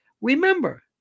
Remember